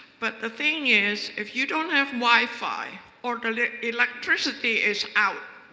but the thing is, if you don't have wi-fi or electricity is out,